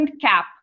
cap